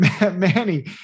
Manny